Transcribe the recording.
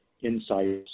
insights